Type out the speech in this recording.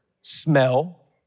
smell